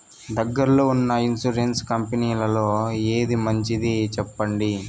దగ్గర లో ఉన్న ఇన్సూరెన్సు కంపెనీలలో ఏది మంచిది? సెప్పండి?